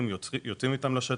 יוצאים איתם לשטח,